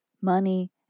money